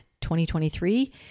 2023